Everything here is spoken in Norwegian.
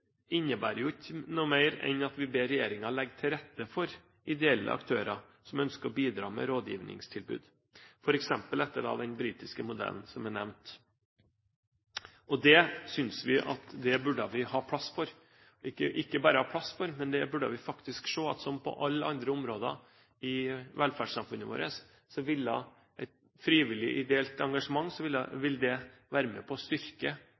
innebærer jo ikke noe mer enn at vi ber regjeringen «legge til rette for» ideelle aktører som ønsker å bidra med rådgivningstilbud, f.eks. etter den britiske modellen som er nevnt. Det synes vi vi burde ha plass for – og ikke bare ha plass for, men vi burde faktisk se at som på alle andre områder i velferdssamfunnet vårt ville et frivillig ideelt engasjement være med på å styrke